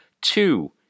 two